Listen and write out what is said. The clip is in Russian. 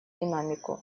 динамику